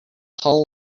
hull